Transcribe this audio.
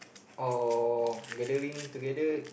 or gathering together